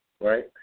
right